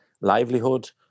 livelihood